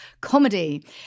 comedy